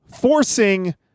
forcing